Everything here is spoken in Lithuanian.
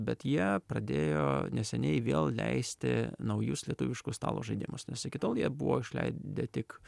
bet jie pradėjo neseniai vėl leisti naujus lietuviškus stalo žaidimus nes iki tol jie buvo išleidę tik